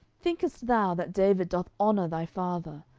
thinkest thou that david doth honour thy father,